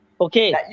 Okay